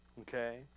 Okay